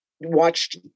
watched